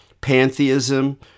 pantheism